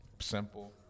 simple